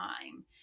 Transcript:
time